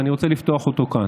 ואני רוצה לפתוח אותו כאן.